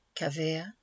cavea